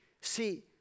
See